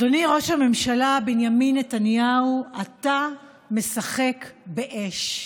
אדוני ראש הממשלה בנימין נתניהו, אתה משחק באש.